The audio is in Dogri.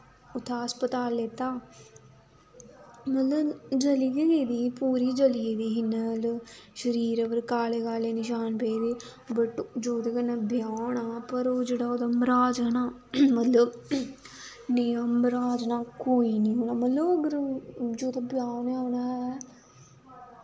उत्थें अस्पताल लेत्ता मतलब जली गै गेदा ही पूरी जली गेदी ही इ'यां मतलब शरीर ओह्दे काले काले नशान पेदे बट जेह्दे कन्नै ब्याह् होना हा पर ओह् जेह्ड़ा ओह्दा मरहाज ना मतलब नेहा मरहाज ना कोई निं होना मतलब अगर जेह्दा ब्याह् होने आह्ला होऐ